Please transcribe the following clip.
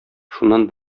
шуннан